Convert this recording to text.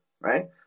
right